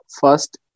first